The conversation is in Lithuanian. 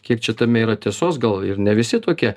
kiek čia tame yra tiesos gal ir ne visi tokie